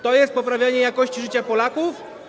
To jest poprawianie jakości życia Polaków?